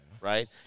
right